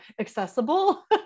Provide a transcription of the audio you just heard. accessible